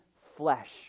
flesh